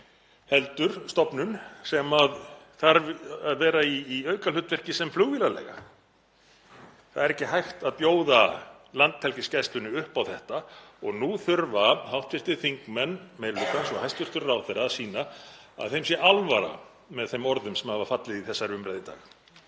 heldur stofnun sem þarf að vera í aukahlutverki sem flugvélaleiga. Það er ekki hægt að bjóða Landhelgisgæslunni upp á þetta og nú þurfa hv. þingmenn meiri hlutans og hæstv. ráðherra að sýna að þeim sé alvara með þeim orðum sem hafa fallið í þessari umræðu í dag.